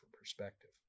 perspective